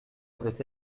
aurait